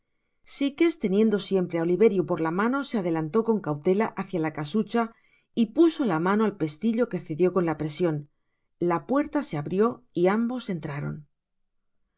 sikes teniendo siempre á oliverio por la mano se adelantó con cautela hacia la casucha y puso la mano al pestillo que cedió con la presion la puerta se abrió y ambos entraron